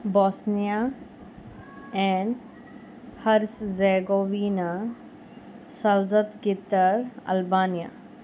Bosnia and Herzegovina सल्झत गित्तर Albania